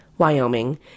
Wyoming